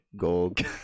gold